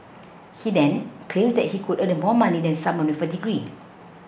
he then claims that he could earn more money than someone with a degree